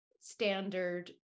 standard